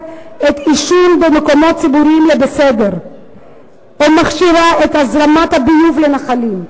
את העישון במקומות ציבוריים לבסדר או מכשירה את הזרמת הביוב לנחלים.